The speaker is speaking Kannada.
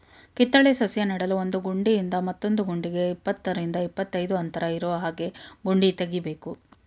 ಕಿತ್ತಳೆ ಸಸ್ಯ ನೆಡಲು ಒಂದು ಗುಂಡಿಯಿಂದ ಮತ್ತೊಂದು ಗುಂಡಿಗೆ ಇಪ್ಪತ್ತರಿಂದ ಇಪ್ಪತ್ತೈದು ಅಂತರ ಇರೋಹಾಗೆ ಗುಂಡಿ ತೆಗಿಬೇಕು